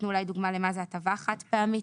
תיתנו דוגמה למה זה הטבה חד פעמית,